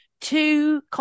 two